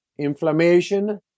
Inflammation